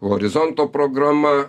horizonto programa